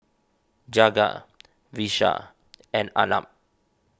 Jagat Vishal and Arnab